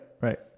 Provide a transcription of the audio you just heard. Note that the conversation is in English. Right